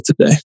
today